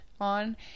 on